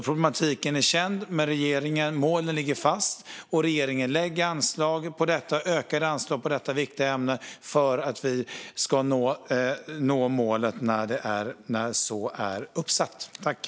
Problematiken är känd, men målet ligger fast och regeringen lägger ökade anslag på detta viktiga område för att vi ska nå det uppsatta målet.